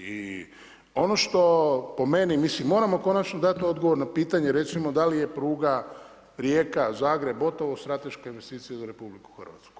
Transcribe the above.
I ono što po meni mislim moramo konačno dati odgovor na pitanje recimo da li je pruga Rijeka – Zagreb – Botovo strateška investicija za RH.